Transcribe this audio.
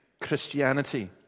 Christianity